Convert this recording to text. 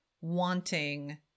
wanting